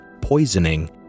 poisoning